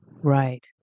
Right